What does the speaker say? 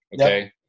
Okay